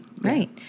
right